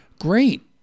Great